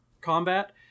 combat